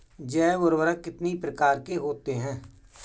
जैव उर्वरक कितनी प्रकार के होते हैं?